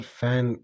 fan